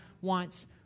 wants